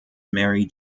mary